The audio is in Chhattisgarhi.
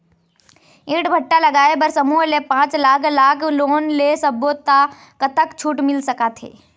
ईंट भट्ठा लगाए बर समूह ले पांच लाख लाख़ लोन ले सब्बो ता कतक छूट मिल सका थे?